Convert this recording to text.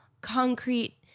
concrete